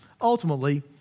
ultimately